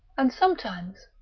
and sometimes,